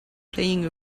playing